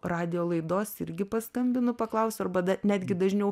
radijo laidos irgi paskambinu paklausiu arba netgi dažniau